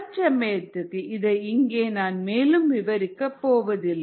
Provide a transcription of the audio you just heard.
தற்சமயத்துக்கு இதை இங்கே நான் மேலும் விவரிக்கப் போவதில்லை